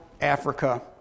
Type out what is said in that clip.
Africa